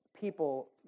people